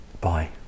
Bye